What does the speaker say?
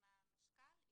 עם המשכ"ל,